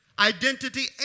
Identity